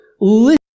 listen